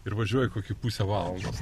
ir važiuoji kokį pusę valandos